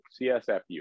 CSFU